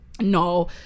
No